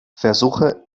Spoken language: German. versuche